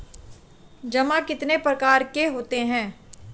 जमा कितने प्रकार के होते हैं?